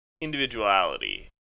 individuality